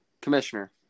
Commissioner